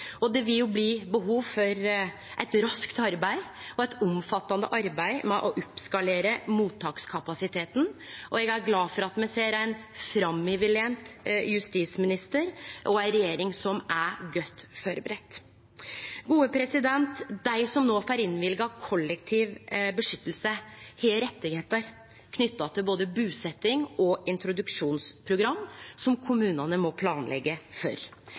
Det vil bli behov for eit raskt og omfattande arbeid med å oppskalere mottakskapasiteten, og eg er glad for at me ser ein framoverlent justisminister og ei regjering som er godt førebudd. Dei som no får innvilga kollektiv beskyttelse, har rettar knytte til både busetjing og introduksjonsprogram som kommunane må planleggje for.